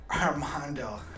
Armando